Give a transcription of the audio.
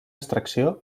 extracció